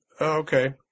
Okay